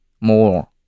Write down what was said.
more